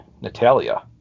Natalia